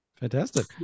Fantastic